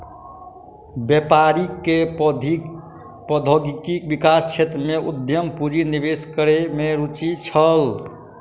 व्यापारी के प्रौद्योगिकी विकास क्षेत्र में उद्यम पूंजी निवेश करै में रूचि छल